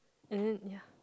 and then ya